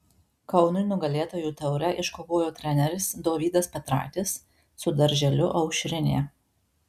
kaunui nugalėtojų taurę iškovojo treneris dovydas petraitis su darželiu aušrinė